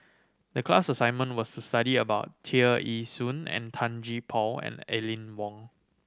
the class assignment was to study about Tear Ee Soon and Tan Gee Paw and Aline Wong